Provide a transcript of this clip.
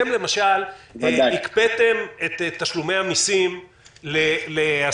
אתם, למשל, הקפאתם את תשלומי המסים לעסקים.